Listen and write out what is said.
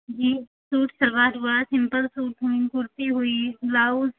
जी suit salwar हुआ simple suit हुईं कुर्ती हुई ब्लाउज